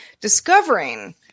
discovering